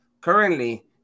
Currently